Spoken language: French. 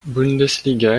bundesliga